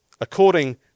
according